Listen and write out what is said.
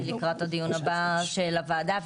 לקראת הדיון הבא של הוועדה,